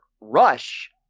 rush